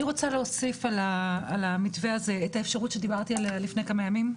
אני רוצה להוסיף על המתווה הזה את האפשרות שדיברתי עליה לפני כמה ימים,